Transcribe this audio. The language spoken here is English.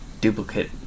duplicate